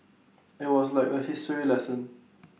IT was like A history lesson